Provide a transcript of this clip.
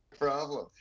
Problem